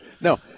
No